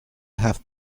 have